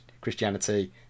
Christianity